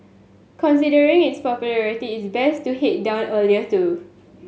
considering its popularity it's best to head down earlier too